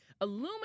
Aluminum